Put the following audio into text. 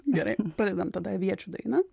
gerai pradedam tada aviečių dainą